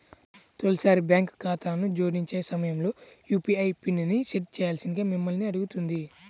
తొలిసారి బ్యాంక్ ఖాతాను జోడించే సమయంలో యూ.పీ.ఐ పిన్ని సెట్ చేయాల్సిందిగా మిమ్మల్ని అడుగుతుంది